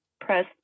press